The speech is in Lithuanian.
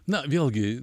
na vėlgi